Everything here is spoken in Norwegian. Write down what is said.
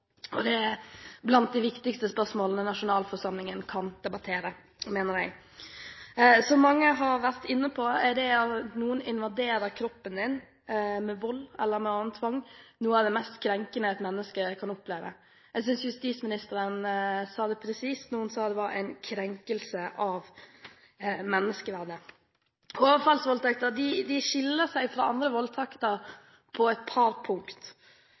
jeg mener er blant de viktigste spørsmål nasjonalforsamlingen kan debattere. Som mange har vært inne på, er det at noen invaderer kroppen din med vold eller annen tvang, noe av det mest krenkende et menneske kan oppleve. Jeg synes justisministeren sa det presist da hun sa det var en krenkelse av menneskeverdet. Overfallsvoldtekter skiller seg fra andre voldtekter på et par